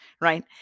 right